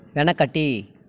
వెనకటి